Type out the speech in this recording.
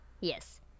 yes